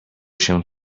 się